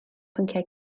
pynciau